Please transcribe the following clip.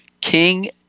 King